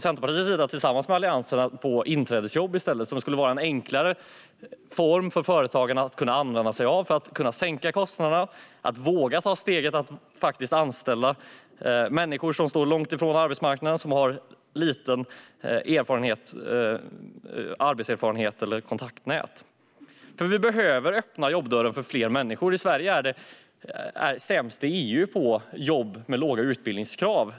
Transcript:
Centerpartiet och Alliansen tror i stället på inträdesjobb, som skulle vara en enklare form som företagen kan använda sig av för att sänka kostnaderna och därmed våga ta steget att anställa människor som står långt ifrån arbetsmarknaden och som har liten arbetslivserfarenhet eller litet kontaktnät. Vi behöver nämligen öppna jobbdörren för fler människor. Sverige är sämst i EU när det gäller jobb med låga utbildningskrav.